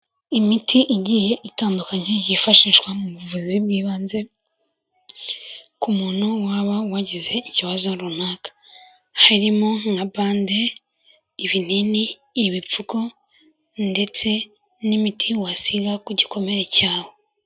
Imiti igiye itandukanye yifashishwa mu buvuzi bw'ibanze ku muntu waba wagize ikibazo runaka harimo nka bande, ibinini, ibipfuko, ndetse n'imiti wasiga ku gikomere cyawe.